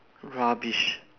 rubbish